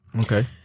Okay